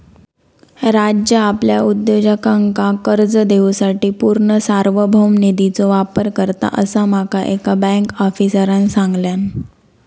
राज्य आपल्या उद्योजकांका कर्ज देवूसाठी पूर्ण सार्वभौम निधीचो वापर करता, असा माका एका बँक आफीसरांन सांगल्यान